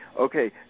okay